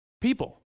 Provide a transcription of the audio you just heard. people